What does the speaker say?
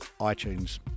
iTunes